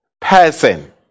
person